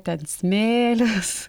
ten smėlis